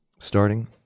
starting